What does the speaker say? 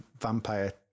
vampire